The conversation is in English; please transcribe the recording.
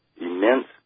immense